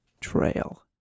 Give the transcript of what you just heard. trail